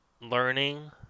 learning